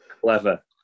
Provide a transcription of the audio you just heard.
clever